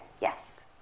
yes